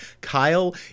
Kyle